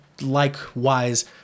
likewise